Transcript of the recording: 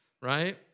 right